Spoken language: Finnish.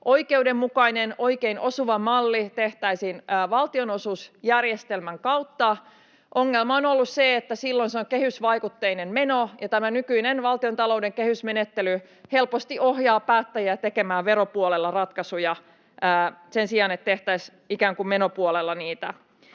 Oikeudenmukainen, oikein osuva malli tehtäisiin valtionosuusjärjestelmän kautta, mutta ongelma on ollut se, että silloin se on kehysvaikutteinen meno ja tämä nykyinen valtiontalouden kehysmenettely helposti ohjaa päättäjät tekemään ratkaisuja veropuolella sen sijaan, että tehtäisiin niitä ikään kuin menopuolella.